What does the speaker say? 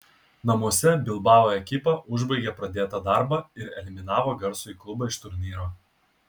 namuose bilbao ekipa užbaigė pradėtą darbą ir eliminavo garsųjį klubą iš turnyro